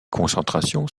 concentrations